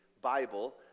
Bible